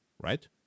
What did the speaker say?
right